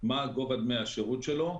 בנוגע לגובה דמי השירות שלו,